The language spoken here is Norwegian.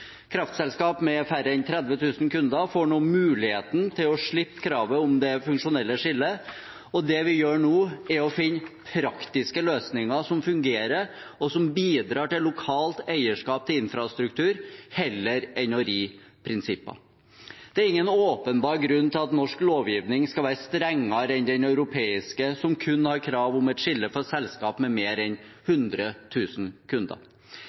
med færre enn 30 000 kunder får nå muligheten til å slippe kravet om det funksjonelle skillet. Det vi gjør nå, er å finne praktiske løsninger som fungerer, og som bidrar til lokalt eierskap til infrastruktur, heller enn å ri prinsipper. Det er ingen åpenbar grunn til at norsk lovgivning skal være strengere enn den europeiske, som kun har krav om et skille for selskaper med mer enn 100 000 kunder.